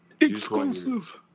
Exclusive